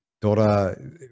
Dora